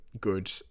good